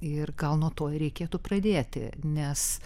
ir gal nuo tuo ir reikėtų pradėti nes